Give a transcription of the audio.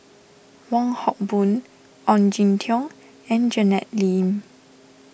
Wong Hock Boon Ong Jin Teong and Janet Lim